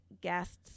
guests